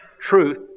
truth